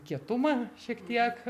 kietumą šiek tiek